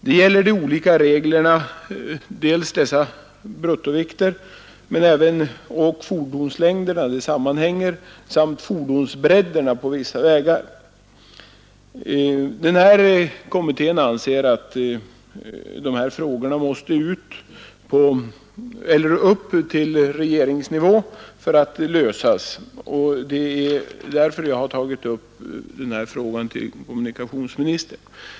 Olikheterna gäller reglerna för dels bruttovikterna och de därmed sammanhängande fordonslängderna, dels fordonsbredderna på vissa vägar. Kommittén anser att dessa frågor för att kunna lösas måste tas upp på regeringsnivå, och det är anledningen till att jag här ställt min fråga till kommunikationsministern.